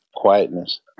Quietness